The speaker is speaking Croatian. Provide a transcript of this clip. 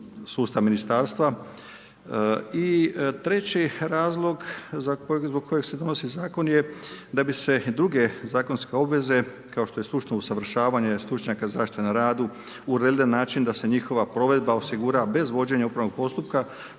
sustav Ministarstva. I treći razlog za kojeg, zbog kojeg se donosi zakon je da bi se druge zakonske obveze kao što je stručno usavršavanje stručnjaka zaštite na radu uredile na način da se njihova provedba osigura bez vođenje upravnog postupka